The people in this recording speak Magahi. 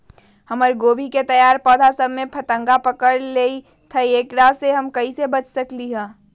हमर गोभी के तैयार पौधा सब में फतंगा पकड़ लेई थई एकरा से हम कईसे बच सकली है?